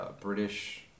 British